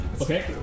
Okay